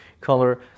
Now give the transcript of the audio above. color